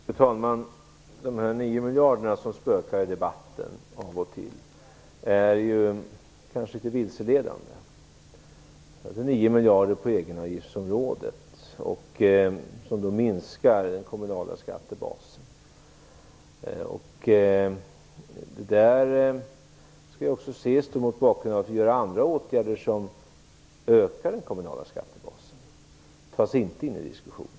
Fru talman! De 9 miljarderna som spökar i debatten av och till är kanske litet vilseledande. Det är 9 miljarder på egenavgiftsområdet, som minskar den kommunala skattebasen. Det skall också ses mot bakgrund av att vi vidtar andra åtgärder, som ökar den kommunala skattebasen, vilket inte tas upp i diskussionen.